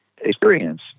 experience